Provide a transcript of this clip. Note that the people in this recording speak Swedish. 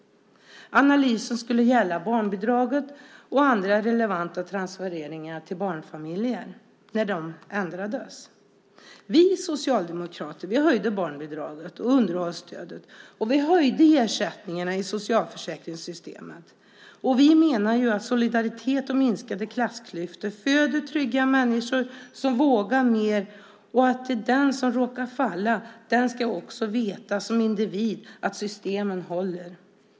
Analysen skulle gälla barnbidraget och andra relevanta transfereringar till barnfamiljer när de ändrades. Vi socialdemokrater höjde barnbidraget och underhållsstödet, och vi höjde ersättningarna i socialförsäkringssystemet. Vi menar att solidaritet och minskade klassklyftor föder trygga människor som vågar mer och att den som råkar falla också ska veta som individ att systemen håller.